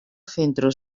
centro